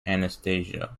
anastasia